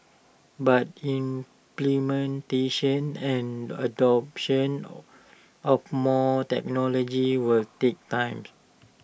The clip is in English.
but implementation and adoption or of more technology will take times